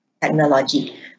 technology